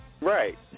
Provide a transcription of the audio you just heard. Right